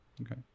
okay